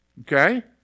Okay